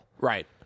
Right